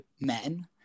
men